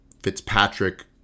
Fitzpatrick